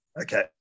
Okay